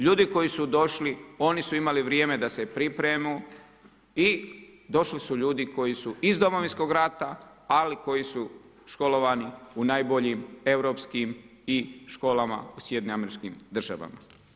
Ljudi koji su došli oni su imali vrijeme da se pripreme i došli su ljudi koji su iz Domovinskog rata, ali koji su školovani u najboljim europskim i školama SAD-a.